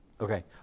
Okay